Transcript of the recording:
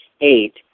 Eight